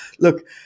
look